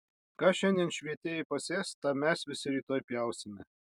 ką šiandien švietėjai pasės tą mes visi rytoj pjausime